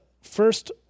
first